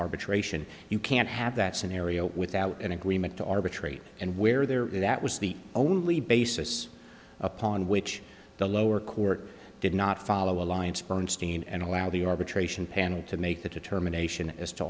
arbitration you can't have that scenario without an agreement to arbitrate and where there is that was the only basis upon which the lower court did not follow alliance bernstein and allow the arbitration panel to make a determination as to